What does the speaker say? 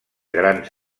grans